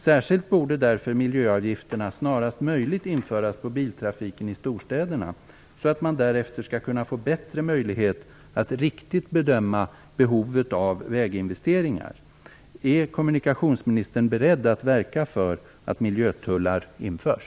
Särskilt borde därför miljöavgifter snarast möjligt införas på biltrafiken i storstäderna, så att man därefter kan få bättre möjligheter att riktigt bedöma behovet av väginvesteringar. Är kommunikationsministern beredd att verka för att miljötullar införs?